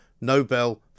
nobel